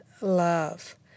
love